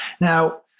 Now